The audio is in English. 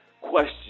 question